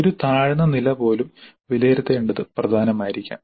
ഒരു താഴ്ന്ന നില പോലും വിലയിരുത്തേണ്ടത് പ്രധാനമായിരിക്കാം